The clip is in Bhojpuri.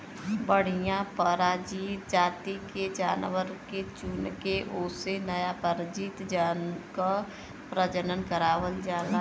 बढ़िया परजाति के जानवर के चुनके ओसे नया परजाति क प्रजनन करवावल जाला